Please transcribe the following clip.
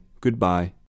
goodbye